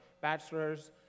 bachelor's